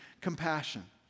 compassion